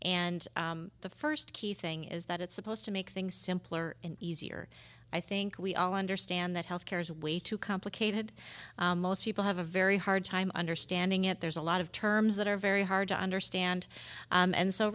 and the first key thing is that it's supposed to make things simpler and easier i think we all understand that health care is way too complicated most people have a very hard time understanding it there's a lot of terms that are very hard to understand and so